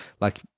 like-